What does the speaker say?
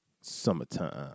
Summertime